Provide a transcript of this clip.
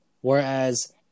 Whereas